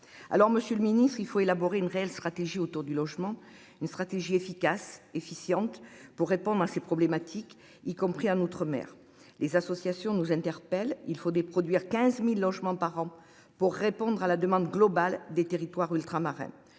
Alors Monsieur le ministre, il faut élaborer une réelle stratégie autour du logement une stratégie efficace efficiente pour répondre à ces problématiques y compris en outre-mer les associations nous interpelle il faut des produire 15.000 logements par an pour répondre à la demande globale des territoires ultramarins.